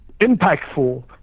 impactful